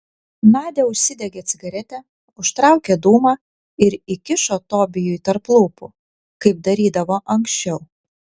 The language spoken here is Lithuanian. nadia užsidegė cigaretę užtraukė dūmą ir įkišo tobijui tarp lūpų kaip darydavo anksčiau